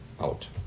out